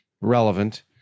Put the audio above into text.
relevant